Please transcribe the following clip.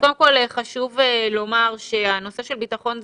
חשוב לומר שהנושא של ביטחון תזונתי,